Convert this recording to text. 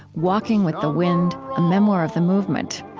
walking with the wind a memoir of the movement,